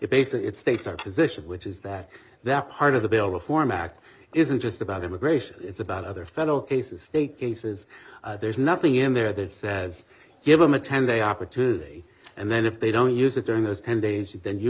basically states our position which is that that part of the bill reform act isn't just about immigration it's about other federal case state cases there's nothing in there that says give them a ten day opportunity and then if they don't use it during those ten days then you